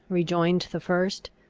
rejoined the first.